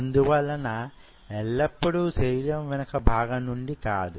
అందువలన ఎల్లప్పుడూ శరీరం వెనుక భాగం నుండి కాదు